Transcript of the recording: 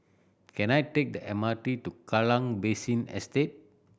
can I take the M R T to Kallang Basin Estate